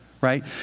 right